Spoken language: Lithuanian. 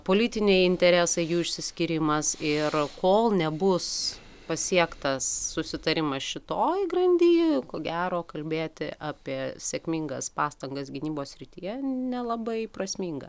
politiniai interesai jų išsiskyrimas ir kol nebus pasiektas susitarimas šitoj grandy ko gero kalbėti apie sėkmingas pastangas gynybos srityje nelabai prasminga